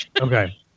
Okay